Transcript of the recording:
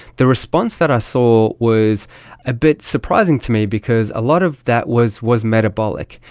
the response that i saw was a bit surprising to me because a lot of that was was metabolic,